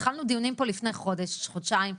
התחלנו דיונים פה לפני חודשים או חודשיים,